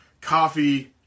coffee